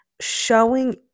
showing